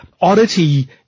oddity